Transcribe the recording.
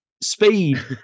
speed